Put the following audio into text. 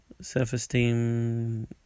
self-esteem